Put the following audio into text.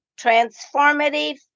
transformative